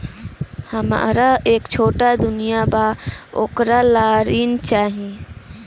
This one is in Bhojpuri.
हमरा एक छोटा दुकान बा वोकरा ला ऋण चाही?